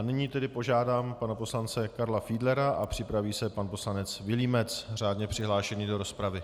Nyní požádám pana poslance Karla Fiedlera a připraví se poslanec Vilímec, řádně přihlášený do rozpravy.